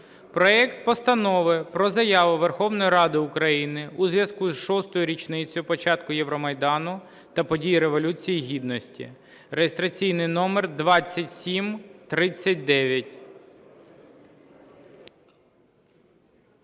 проект Постанови про Заяву Верховної Ради України у зв'язку з шостою річницею початку Євромайдану та подій Революції Гідності (реєстраційний номер 2739).